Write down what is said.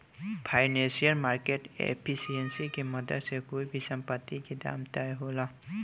financial market efficiency के मदद से कोई भी संपत्ति के दाम तय होला